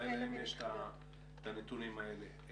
אולי להם יש את הנתונים האלה.